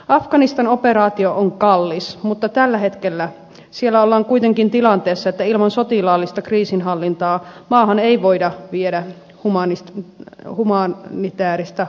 afganistan operaatio on kallis mutta tällä hetkellä siellä ollaan kuitenkin tilanteessa että ilman sotilaallista kriisinhallintaa maahan ei voida viedä humanitääristä apua